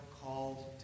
called